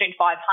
500